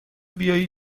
بیایی